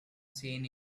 seen